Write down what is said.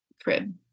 crib